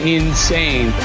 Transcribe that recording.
insane